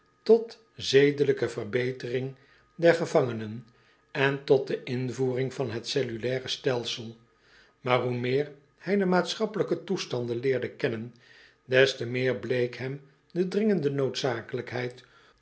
g e n e n en tot de invoering van het cellulaire stelsel maar hoe meer hij de maatschappelijke toestanden leerde kennen des te meer bleek hem de dringende noodzakelijkheid